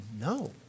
no